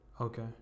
Okay